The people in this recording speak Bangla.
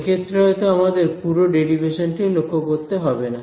এক্ষেত্রে হয়তো আমাদের পুরো ডেরিভেশন টি লক্ষ্য করতে হবে না